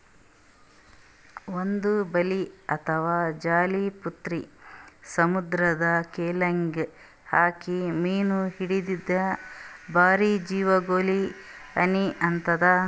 ಒಂದ್ ಬಲಿ ಅಥವಾ ಜಾಲಿ ಪೂರ್ತಿ ಸಮುದ್ರದ್ ಕೆಲ್ಯಾಗ್ ಹಾಕಿ ಮೀನ್ ಹಿಡ್ಯದ್ರಿನ್ದ ಬ್ಯಾರೆ ಜೀವಿಗೊಲಿಗ್ ಹಾನಿ ಆತದ್